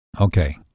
Okay